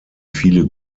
viele